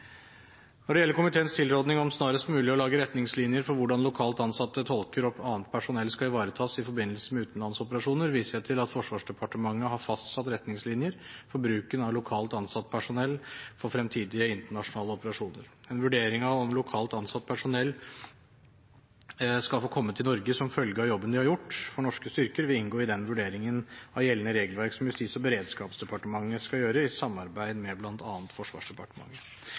Når det gjelder komiteens tilråding om snarest mulig å lage retningslinjer for hvordan lokalt ansatte tolker og annet personell skal ivaretas i forbindelse med utenlandsoperasjoner, viser jeg til at Forsvarsdepartementet har fastsatt retningslinjer for bruken av lokalt ansatt personell for fremtidige internasjonale operasjoner. En vurdering av om lokalt ansatt personell skal få komme til Norge som følge av jobben de har gjort for norske styrker, vil inngå i den vurderingen av gjeldende regelverk som Justis- og beredskapsdepartementet skal gjøre i samarbeid med bl.a. Forsvarsdepartementet.